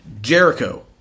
Jericho